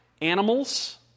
animals